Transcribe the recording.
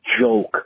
joke